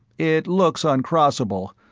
it looks uncrossable,